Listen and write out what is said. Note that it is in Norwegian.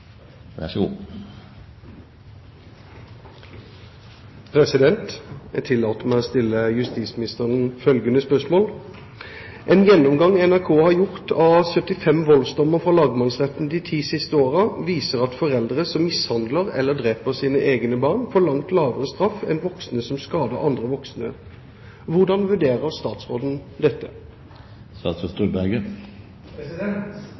siste åra, viser at foreldre som mishandler eller dreper sine egne barn, får langt lavere straff enn voksne som skader andre voksne. Hvordan vurderer statsråden